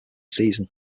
season